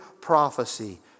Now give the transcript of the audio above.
prophecy